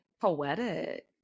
Poetic